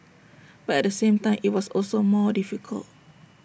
but at the same time IT was also more difficult